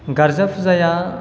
गार्जा फुजाया